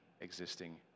existing